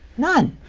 none.